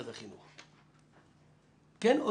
לא,